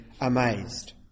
amazed